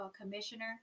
commissioner